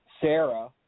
Sarah